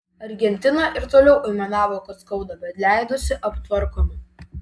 argentina ir toliau aimanavo kad skauda bet leidosi aptvarkoma